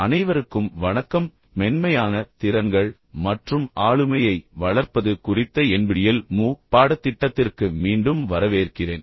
அனைவருக்கும் வணக்கம் மென்மையான திறன்கள் மற்றும் ஆளுமையை வளர்ப்பது குறித்த NPTEL MOOC பாடத்திட்டத்திற்கு மீண்டும் வரவேற்கிறேன்